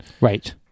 right